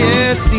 Yes